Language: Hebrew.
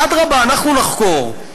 אדרבה, אנחנו נחקור.